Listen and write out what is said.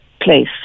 place